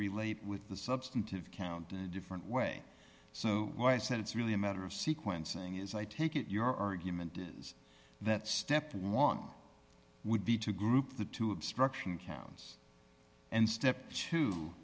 interrelate with the substantive count in a different way so why is that it's really a matter of sequencing is i take it your argument is that step one would be to group the two obstruction counts and step t